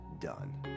done